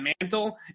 mantle